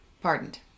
pardoned